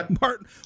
Martin